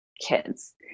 kids